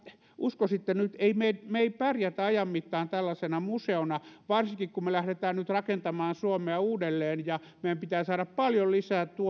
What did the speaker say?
uskoisitte nyt että emme me pärjää ajan mittaan tällaisena museona varsinkin kun me lähdemme nyt rakentamaan suomea uudelleen ja meidän pitää saada paljon lisää